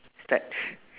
start